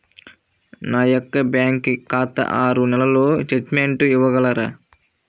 నా యొక్క బ్యాంకు ఖాతా ఆరు నెలల స్టేట్మెంట్ ఇవ్వగలరా?